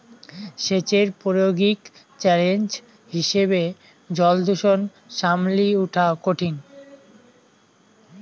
সেচের প্রায়োগিক চ্যালেঞ্জ হিসেবে জলদূষণ সামলি উঠা কঠিন